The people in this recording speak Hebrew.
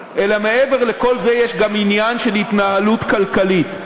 אלא מעבר לכל זה יש גם עניין של התנהלות כלכלית.